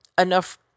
enough